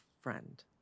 friend